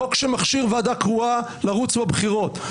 חוק שמכשיר ועדה קרואה לרוץ בבחירות,